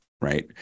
right